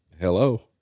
hello